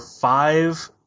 five